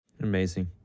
Amazing